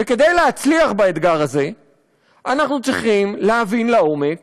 וכדי להצליח באתגר הזה אנחנו צריכים להבין לעומק